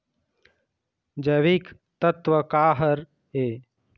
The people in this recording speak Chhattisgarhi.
जैविकतत्व का हर ए?